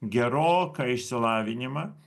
geroką išsilavinimą